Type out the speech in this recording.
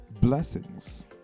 Blessings